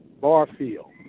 Barfield